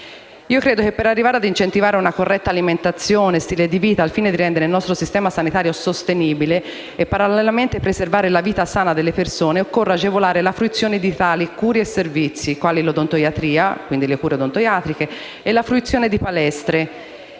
Io credo che per arrivare ad incentivare una corretta alimentazione e un corretto stile di vita, al fine di rendere il nostro Sistema sanitario nazionale sostenibile e, parallelamente, preservare la vita sana delle persone occorra agevolare la fruizione di cure e servizi, quali le cure odontoiatriche e la fruizione di palestre.